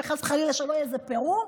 וחס וחלילה שלא יהיה איזה פירור,